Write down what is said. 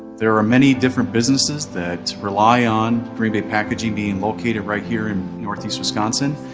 there are many different businesses that rely on green bay packaging being located right here in northeast wisconsin.